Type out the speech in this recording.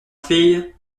fille